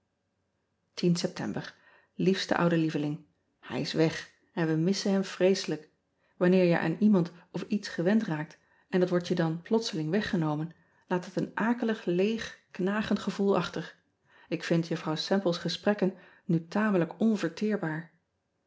eptember iefste oude ieveling ij is weg en we missen hem vreeselijk anneer je aan iemand of iets gewend raakt en dat wordt je dan ean ebster adertje angbeen plotseling weggenomen laat het een akelig leeg knagend gevoel achter k vind uffrouw emple s gesprekken nu tamelijk